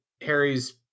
Harry's